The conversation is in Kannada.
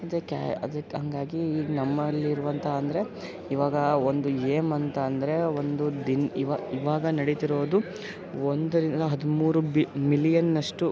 ಮತ್ತು ಕ್ಯಾ ಅದಕ್ಕೆ ಹಾಗಾಗಿ ನಮ್ಮಲ್ಲಿ ಇರುವಂತಹ ಅಂದರೆ ಇವಾಗ ಒಂದು ಏಮಂತಂದರೆ ಒಂದು ದಿನ ಇವಾಗ ನಡೀತಿರೋದು ಒಂದರಿಂದ ಹದಿಮೂರು ಬಿ ಮಿಲಿಯನ್ನಷ್ಟು